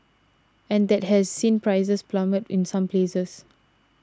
and that has seen prices plummet in some places